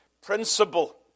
principle